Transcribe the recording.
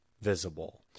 visible